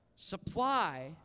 Supply